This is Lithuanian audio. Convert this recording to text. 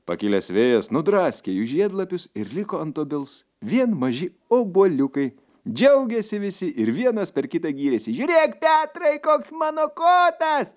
pakilęs vėjas nudraskė jų žiedlapius ir liko ant obels vien maži obuoliukai džiaugėsi visi ir vienas per kitą gyrėsi žiūrėk petrai koks mano kotas